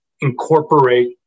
incorporate